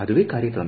ಅದುವೇ ಕಾರ್ಯತಂತ್ರ